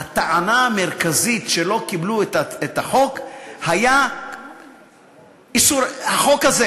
הטענה המרכזית שלא קיבלו את החוק הייתה החוק הזה,